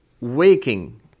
waking